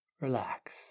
Relax